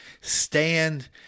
stand